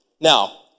Now